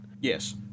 Yes